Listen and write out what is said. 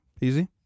easy